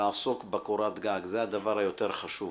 לעסוק במתן קורת גג, זה הדבר החשוב יותר